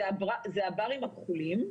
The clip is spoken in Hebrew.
אלה הברים הכחולים,